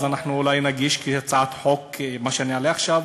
אז אנחנו אולי נגיש כהצעת חוק מה שאני אעלה עכשיו,